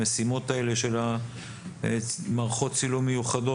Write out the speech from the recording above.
המשימות האלה של מערכות צילום מיוחדות.